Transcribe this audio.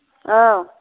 औ